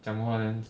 讲话 then